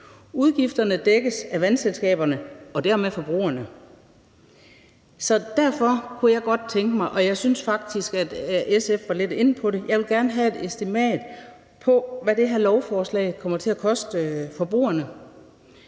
Udgifterne dækkes af vandselskaberne, og dermed forbrugerne.« Så derfor vil jeg gerne – og jeg synes faktisk, at SF var lidt inde på det – have et estimat på, hvad det her lovforslag kommer til at koste forbrugerne.